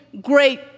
great